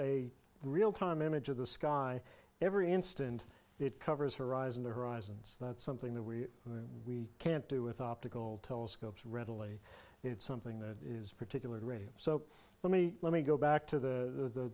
a real time image of the sky every instant it covers horizon to horizon and that's something that we can't do with optical telescopes readily it's something that is particular to radio so let me let me go back to the